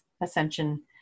Ascension